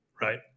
right